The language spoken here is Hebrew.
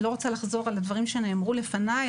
אני לא רוצה לחזור על הדברים שנאמרו לפניי,